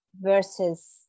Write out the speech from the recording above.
versus